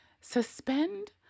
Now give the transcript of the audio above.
suspend